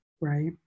right